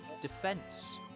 defense